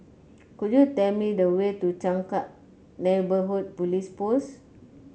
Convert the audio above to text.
could you tell me the way to Changkat Neighbourhood Police Post